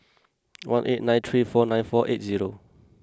one eight nine three two four nine four seven zero